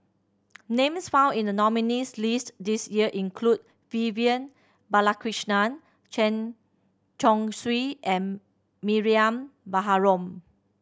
names found in the nominees' list this year include Vivian Balakrishnan Chen Chong Swee and Mariam Baharom